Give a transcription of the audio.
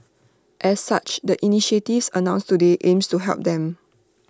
as such the initiatives announced today aims to help them